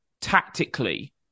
tactically